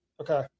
Okay